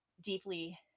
deeply